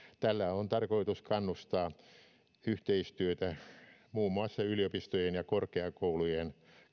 tällä on tarkoitus kannustaa yhteistyöhön muun muassa yliopistojen ja korkeakoulujen